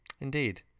Indeed